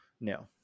No